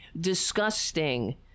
disgusting